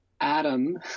Adam